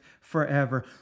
forever